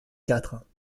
quatre